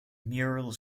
murals